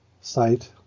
site